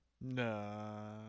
No